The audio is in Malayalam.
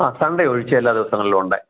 ആ സണ്ഡേയൊഴിച്ച് എല്ലാ ദിവസങ്ങളിലും ഉണ്ട്